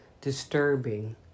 disturbing